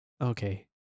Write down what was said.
Okay